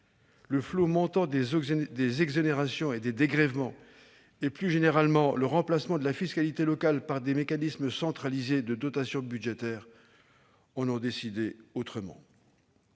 le flot croissant des exonérations et des dégrèvements et, plus généralement, le remplacement de la fiscalité locale par les mécanismes centralisés que sont les dotations budgétaires en ont décidé autrement.